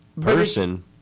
Person